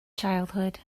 childhood